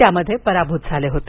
त्यामध्ये ते पराभूत झाले होते